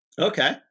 Okay